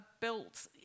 built